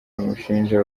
bamushinja